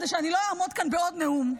כדי שאני לא אעמוד כאן בעוד נאום,